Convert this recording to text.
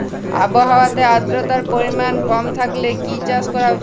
আবহাওয়াতে আদ্রতার পরিমাণ কম থাকলে কি চাষ করা উচিৎ?